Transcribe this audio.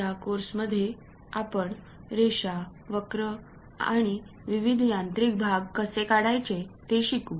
या कोर्समध्ये आपण रेषा वक्र आणि विविध यांत्रिक भाग कसे काढायचे ते शिकू